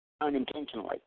unintentionally